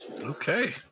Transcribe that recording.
Okay